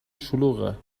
شلوغه